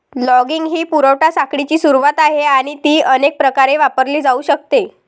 logging ही पुरवठा साखळीची सुरुवात आहे आणि ती अनेक प्रकारे वापरली जाऊ शकते